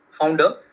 founder